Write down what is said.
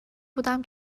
بودم